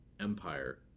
Empire